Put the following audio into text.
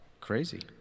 Crazy